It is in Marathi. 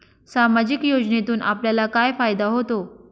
सामाजिक योजनेतून आपल्याला काय फायदा होतो?